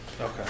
Okay